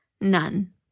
none